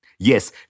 Yes